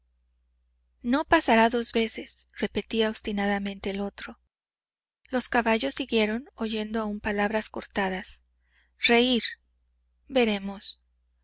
no pasará dos veces repetía obstinadamente el otro los caballos siguieron oyendo aún palabras cortadas reir veremos